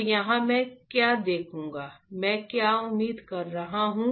तो यहाँ मैं क्या देखूँगा मैं क्या उम्मीद कर रहा हूँ